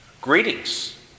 Greetings